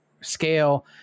scale